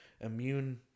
Immune